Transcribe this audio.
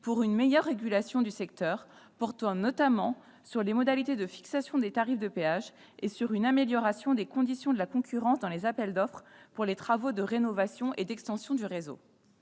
pour une meilleure régulation du secteur, portant notamment sur les modalités de fixation des tarifs des péages et sur une amélioration des conditions de la concurrence dans les appels d'offres pour les travaux de rénovation et d'extension du réseau.